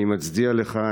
אני מצדיע לך,